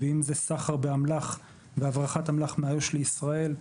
ואם זה סחר בהברחת אמל"ח מאיו"ש לישראל.